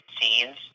scenes